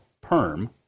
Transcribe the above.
perm